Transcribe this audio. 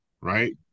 right